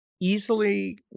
easily